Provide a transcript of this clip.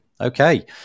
Okay